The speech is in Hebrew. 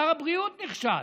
שר הבריאות נכשל.